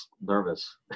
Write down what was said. nervous